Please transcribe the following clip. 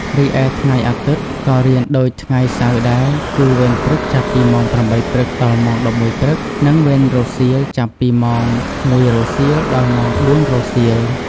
រីឯថ្ងៃអាទិត្យ ក៏រៀនដូចថ្ងៃសៅរ៍ដែរ គឺ វេនព្រឹក ចាប់ពីម៉ោង ៨ ព្រឹក ដល់ម៉ោង ១១ ព្រឹក និង វេនរសៀល ចាប់ពីម៉ោង ១ រសៀល ដល់ម៉ោង ៤ រសៀល។